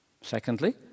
Secondly